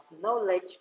knowledge